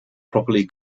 properly